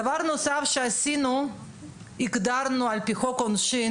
דבר נוסף שעשינו הוא הגדרה על פי חוק העונשין